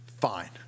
fine